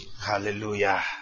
Hallelujah